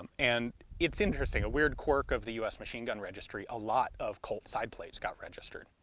and it's interesting, a weird quirk of the us machine gun registry, a lot of colt side plates got registered.